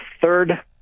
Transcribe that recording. third